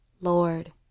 Lord